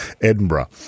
Edinburgh